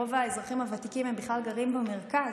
רוב האזרחים הוותיקים בכלל גרים במרכז.